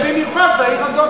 ובמיוחד בעיר הזאת,